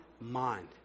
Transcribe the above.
mind